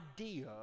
idea